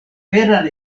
veran